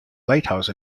lighthouse